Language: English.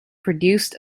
produced